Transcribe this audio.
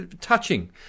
touching